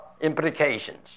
implications